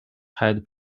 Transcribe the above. had